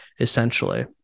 essentially